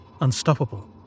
unstoppable